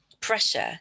pressure